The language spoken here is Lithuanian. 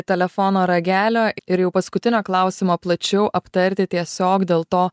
telefono ragelio ir jau paskutinio klausimo plačiau aptarti tiesiog dėl to